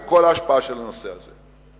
עם כל ההשפעה של הנושא הזה.